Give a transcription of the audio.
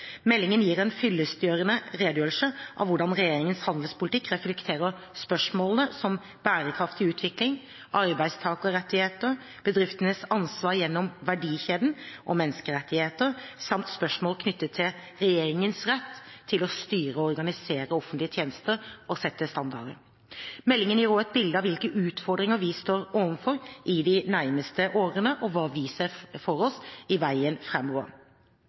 Meldingen gir en fyllestgjørende redegjørelse av hvordan regjeringens handelspolitikk reflekterer spørsmål som bærekraftig utvikling, arbeidstakerrettigheter, bedriftenes ansvar gjennom verdikjeden og menneskerettigheter samt spørsmål knyttet til regjeringens rett til å styre og organisere offentlige tjenester og sette standarder. Meldingen gir også et bilde av hvilke utfordringer vi står overfor i de nærmeste årene, og hva vi ser for oss er veien